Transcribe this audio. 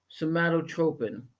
somatotropin